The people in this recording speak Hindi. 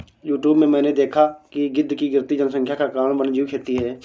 यूट्यूब में मैंने देखा है कि गिद्ध की गिरती जनसंख्या का कारण वन्यजीव खेती है